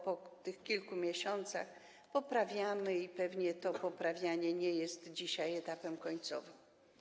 Po kilku miesiącach to poprawiamy i pewnie to poprawianie nie jest dzisiaj na etapie końcowym.